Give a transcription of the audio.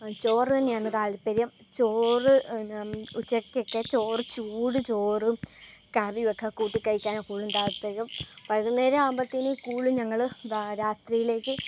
ചോറു തന്നെയാണ് താത്പര്യം ചോറ് ഉച്ചക്കൊക്കെ ചോറ് ചൂടു ചോറും കറി ഒക്കെ കൂട്ടിക്കഴിയ്ക്കാനാണ് കൂടുതലും താത്പര്യം വൈകുന്നേരമാകുമ്പോഴത്തേന് കൂടുതലും ഞങ്ങൾ രാത്രിയിലേയ്ക്ക്